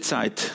Zeit